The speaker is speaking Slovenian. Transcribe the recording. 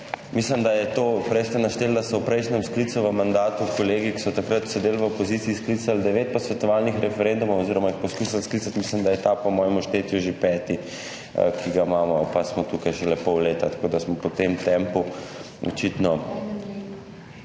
Mislim, da je to, prej ste našteli, da so v prejšnjem sklicu v mandatu kolegi, ki so takrat sedeli v opoziciji, sklicali devet posvetovalnih referendumov oziroma jih poskušali sklicati, mislim, da je ta po mojem štetju že peti, ki ga imamo, pa smo tukaj šele pol leta, tako da smo po tem tempu očitno